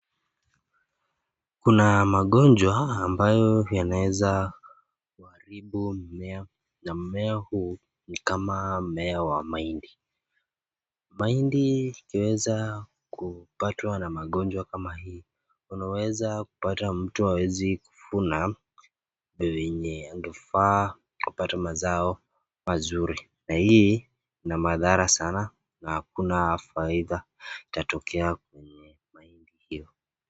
Kuna magonjwa ambayo yanaweza kuharibu mimmea na mimmea huu ni kama mimmea wa mahindi. Mahindi yaweza kupatwa an magonjwa kama hii. Unaweza kupata mtu hawezi kufuna fenye angefaa kupata mazao mazuri na hii inamadhara sana na hakuna faida itatokea kwenye mahindi hiyo.